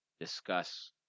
discuss